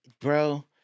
Bro